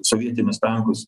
sovietinius tankus